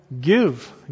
give